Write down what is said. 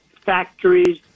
factories